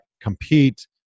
compete